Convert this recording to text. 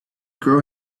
girl